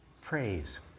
praise